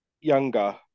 younger